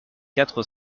quatre